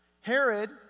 Herod